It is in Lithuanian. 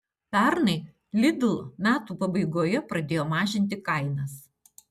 pernai lidl metų pabaigoje pradėjo mažinti kainas